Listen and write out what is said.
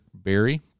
Berry